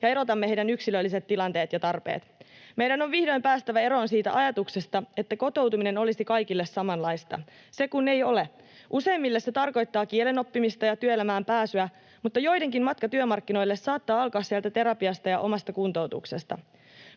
ja erotamme heidän yksilölliset tilanteensa ja tarpeensa. Meidän on vihdoin päästävä eroon siitä ajatuksesta, että kotoutuminen olisi kaikille samanlaista — se kun ei ole. Useimmille se tarkoittaa kielen oppimista ja työelämään pääsyä, mutta joidenkin matka työmarkkinoille saattaa alkaa sieltä terapiasta ja omasta kuntoutuksesta.